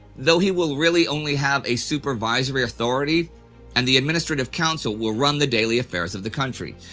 though he will really only have a supervisory authority and the administrative council will run the daily affairs of the country.